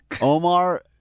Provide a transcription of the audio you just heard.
Omar